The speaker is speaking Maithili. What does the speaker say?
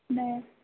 नहि